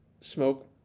smoke